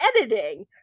editing